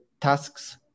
tasks